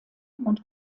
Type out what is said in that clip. und